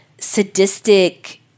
sadistic